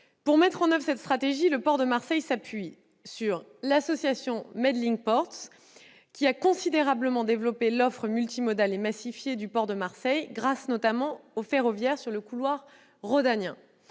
Pour mettre en oeuvre cette stratégie, ce port s'appuie sur l'association Medlink Ports, qui en a considérablement développé l'offre multimodale et massifiée, grâce notamment au ferroviaire sur le couloir rhodanien.